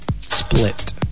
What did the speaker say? split